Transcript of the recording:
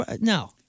no